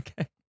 Okay